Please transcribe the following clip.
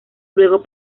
luego